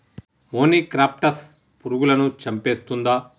మొనిక్రప్టస్ పురుగులను చంపేస్తుందా?